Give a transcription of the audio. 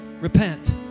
Repent